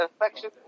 affection